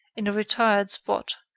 in a retired spot,